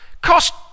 Cost